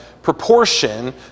Proportion